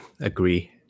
agree